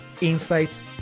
insights